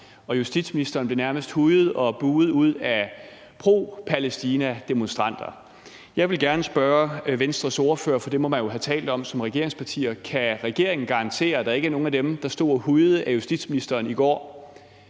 og justitsministeren blev nærmest hujet og buhet ud af pro Palæstina-demonstranter. Jeg vil gerne spørge Venstres ordfører, for det må man vel have talt om som regeringspartier: Kan regeringen garantere, at der ikke er nogen af dem, der stod og hujede af justitsministeren i går,